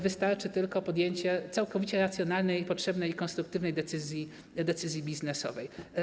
Wystarczy tylko podjęcie całkowicie racjonalnej, potrzebnej i konstruktywnej decyzji biznesowej.